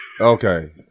Okay